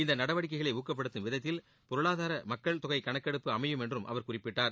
இந்த நடவடிக்கைகளை ஊக்கப்படுத்தும் விதத்தில் பொருளாதார மக்கள் தொகை கணக்கெடுப்பு அமையும் என்று அவர் குறிப்பிட்டார்